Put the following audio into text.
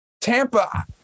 Tampa